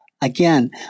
Again